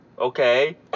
okay